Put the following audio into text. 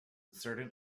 certain